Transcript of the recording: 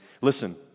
listen